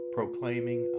proclaiming